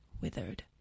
withered